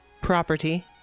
property